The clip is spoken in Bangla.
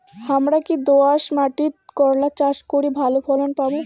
হামরা কি দোয়াস মাতিট করলা চাষ করি ভালো ফলন পামু?